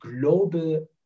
global